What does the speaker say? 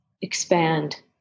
expand